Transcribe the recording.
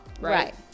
right